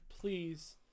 Please